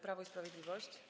Prawo i Sprawiedliwość.